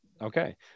Okay